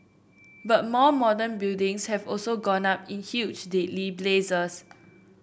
but more modern buildings have also gone up in huge deadly blazes